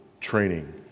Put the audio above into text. training